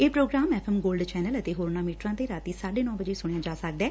ਇਹ programme F M gold channel ਅਤੇ ਹੋਰਨਾਂ ਮੀਟਰਾਂ ਤੇ ਰਾਤੀਂ ਸਾਢੇ ਨੌ ਵਜੇ ਸੁਣਿਆ ਜਾ ਸਕਦੈ